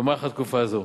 במהלך תקופה זו.